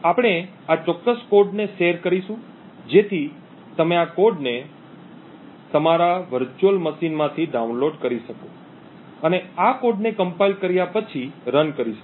અમે આ ચોક્કસ કોડને શેર કરીશું જેથી તમે આ કોડને તમારા વર્ચુઅલ મશીનમાંથી ડાઉનલોડ કરી શકો અને આ કોડને કમ્પાઇલ કર્યા પછી રન કરી શકો